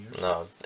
No